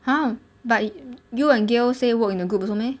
!huh! but you and gill say work in a group also meh